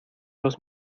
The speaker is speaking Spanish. los